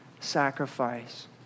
sacrifice